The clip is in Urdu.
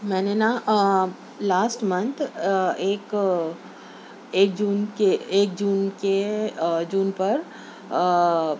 میں نے نا لاسٹ منتھ ایک ایک جون کے ایک جون کے جون پر